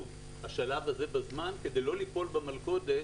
השלב הזה בזמן כדי לא ליפול במלכודת